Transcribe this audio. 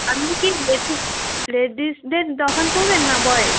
আপনি কি লেডিস লেডিসদের দোকান করবেন না বয়েজ